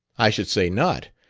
i should say not.